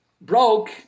broke